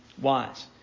wise